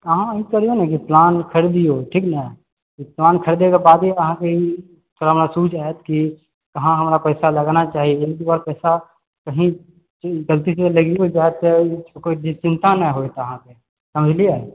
अहाँ ई करिऔ ने जे प्लानमे खरदिऔ ठीक ने प्लान खरिदएके बादे अहाँके ई महसूस हैत कि कहाँ अहाँकेँ पैसा लगाना चाही एक दू बार पैसा कही गलतीसंँ लागिओ जाएत तऽ ओकर कोई चिंता नहि होएत अहाँकेँ समझलिऐ